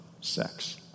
sex